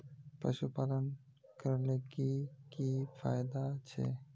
पशुपालन करले की की फायदा छे?